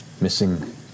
Missing